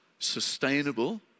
sustainable